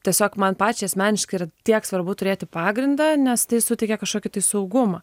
tiesiog man pačiai asmeniškai ir tiek svarbu turėti pagrindą nes tai suteikia kažkokį tai saugumą